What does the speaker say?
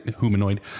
humanoid